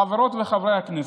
חברות וחברי הכנסת,